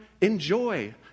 enjoy